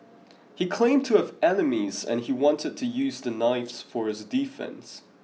he claimed to have enemies and he wanted to use the knives for his defence